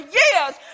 years